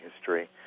history